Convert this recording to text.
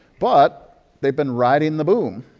but they've been riding the boom.